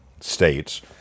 states